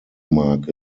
mark